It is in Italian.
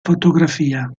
fotografia